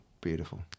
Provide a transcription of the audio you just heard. beautiful